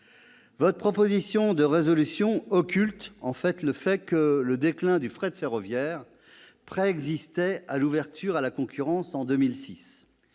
Votre proposition de résolution occulte le fait que le déclin du fret ferroviaire préexistait à l'ouverture à la concurrence en 2006.